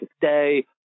today